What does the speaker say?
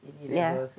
ya